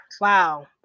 Wow